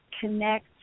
connect